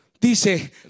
Dice